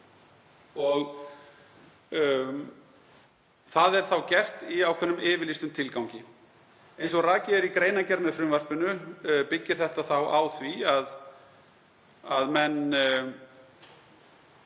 og það er þá gert í ákveðnum yfirlýstum tilgangi. Eins og rakið er í greinargerð með frumvarpinu byggir þetta þá á því að menn